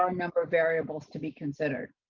um number of variables to be considered.